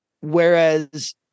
Whereas